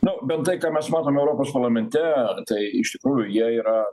nu bet tai ką mes matome europos parlamente tai iš tikrųjų jie yra